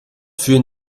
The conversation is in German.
führen